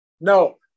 No